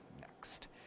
next